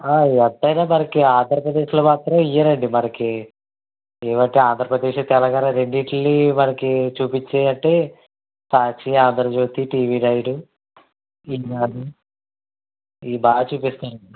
ఎంతైనా మనకి ఆంధ్రప్రదేశ్లో మాత్రం వేయరండి మనకి ఏమంటే ఆంధ్రప్రదేశ్ తెలంగాణ రెండిటినీ వాళ్ళకి చూపించినట్టే సాక్షి ఆంధ్ర జ్యోతి టీవీ నైన్ ఈనాడు ఇవి బాగా చూపిస్తున్నారు